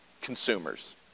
consumers